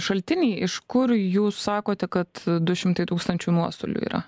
šaltinį iš kur jūs sakote kad du šimtai tūkstančių nuostolių yra